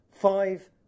five